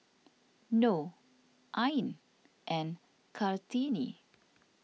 Noh Ain and Kartini